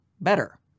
better